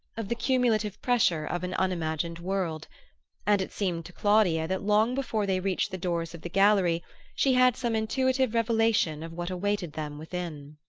of the cumulative pressure of an unimagined world and it seemed to claudia that long before they reached the doors of the gallery she had some intuitive revelation of what awaited them within.